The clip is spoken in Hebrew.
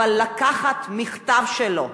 אבל לקחת מכתב שלו,